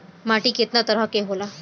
माटी केतना तरह के होला?